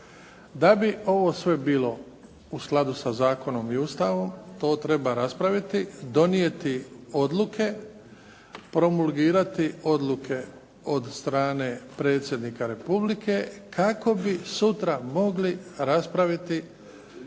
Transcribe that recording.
Da bi ovo sve bilo u skladu sa zakonom i Ustavom, to treba raspraviti, donijeti odluke, promulgirati odluke od strane predsjednika Republike kako bi sutra mogli raspraviti